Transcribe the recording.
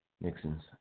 Nixon's